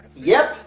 yep,